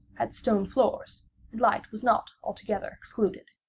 had stone floors, and light was not altogether excluded.